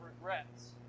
regrets